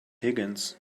higgins